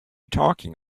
talking